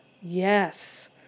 Yes